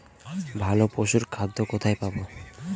ভালো পশুর খাদ্য কোথায় পাবো?